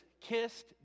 kissed